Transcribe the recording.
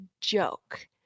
joke